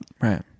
right